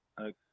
Okay